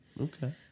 Okay